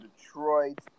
Detroit